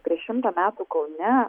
prieš šimtą metų kaune